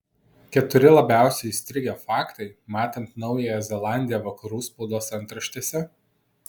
keturi labiausiai įstrigę faktai matant naująją zelandiją vakarų spaudos antraštėse